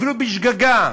אפילו בשגגה.